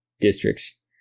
districts